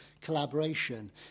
collaboration